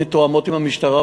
מתואמות עם המשטרה,